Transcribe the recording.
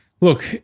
look